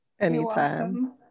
Anytime